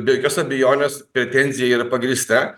be jokios abejonės pretenzija yra pagrįsta